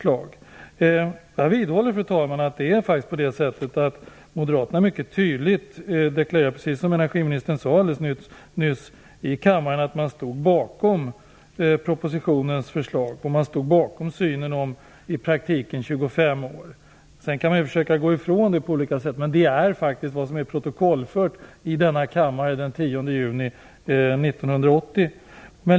Jag vidhåller, fru talman, att moderaterna faktiskt mycket tydligt deklarerade, precis som energiministern nyss sade i kammaren, att de stod bakom propositionens förslag och avvecklingstiden om i praktiken 25 år. Man kan sedan försöka frångå detta på olika sätt, men det är faktiskt protokollfört i denna kammare den 10 juni 1980.